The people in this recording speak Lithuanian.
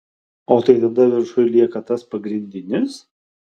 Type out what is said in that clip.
o tai tada viršuj lieka tas pagrindinis